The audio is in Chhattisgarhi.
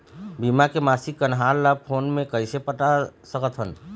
बीमा के मासिक कन्हार ला फ़ोन मे कइसे पता सकत ह?